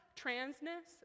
transness